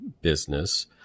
business